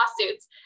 lawsuits